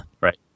Right